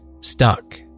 stuck